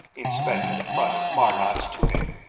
inspecting the front of marnark's tunic.